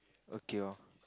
okay loh